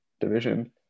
Division